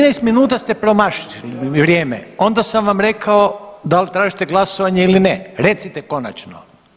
13 minuta ste promašili vrijeme, onda sam vam rekao da li tražite glasovanje ili ne, recite konačno.